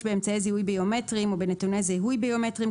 באמצעי זיהוי ביומטריים או בנתוני זיהוי ביומטריים,